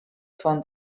von